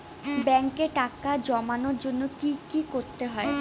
ব্যাংকে টাকা জমানোর জন্য কি কি করতে হয়?